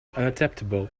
unacceptable